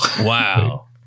Wow